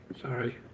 Sorry